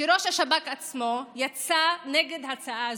שראש השב"כ עצמו יצא נגד ההצעה הזאת,